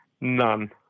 None